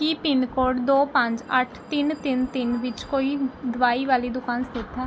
ਕੀ pin code ਦੋ ਪੰਜ ਅੱਠ ਤਿੰਨ ਤਿੰਨ ਤਿੰਨ ਵਿੱਚ ਕੋਈ ਦਵਾਈ ਵਾਲੀ ਦੁਕਾਨ ਸਥਿਤ ਹੈ